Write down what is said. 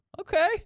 okay